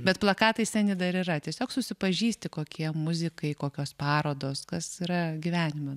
bet plakatai seni dar yra tiesiog susipažįsti kokie muzikai kokios parodos kas yra gyvenime